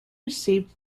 received